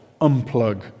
unplug